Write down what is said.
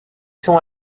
sont